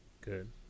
Good